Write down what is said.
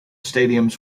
stadiums